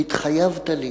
"התחייבת לי",